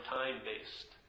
time-based